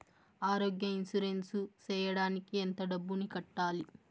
ఆరోగ్య ఇన్సూరెన్సు సేయడానికి ఎంత డబ్బుని కట్టాలి?